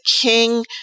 king